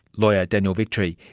lawyer daniel victory.